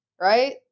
right